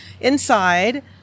inside